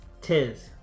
Tis